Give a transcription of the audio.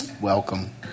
welcome